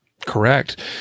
correct